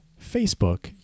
Facebook